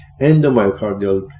endomyocardial